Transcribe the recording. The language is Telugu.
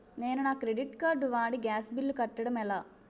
నేను నా క్రెడిట్ కార్డ్ వాడి గ్యాస్ బిల్లు కట్టడం ఎలా?